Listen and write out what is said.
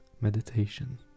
meditation